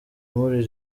muri